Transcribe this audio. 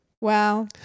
Wow